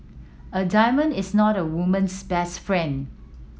a diamond is not a woman's best friend